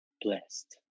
blessed